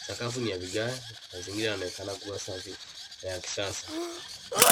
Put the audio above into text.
Sakafu ni ya vigae, mazingira yanaonekana kuwa safi na ya kisasa.